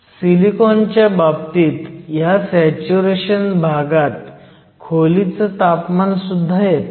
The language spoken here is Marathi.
सिलिकॉनच्या बाबतीत ह्या सॅच्युरेशन भागात खोलीचं तापमान सुद्धा येतं